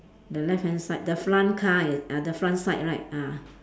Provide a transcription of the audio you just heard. the left hand side the front car err the front side right ah